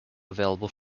available